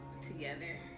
together